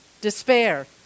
despair